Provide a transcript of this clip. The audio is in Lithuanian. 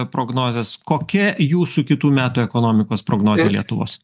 prognozės kokia jūsų kitų metų ekonomikos prognozė lietuvos